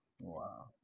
wow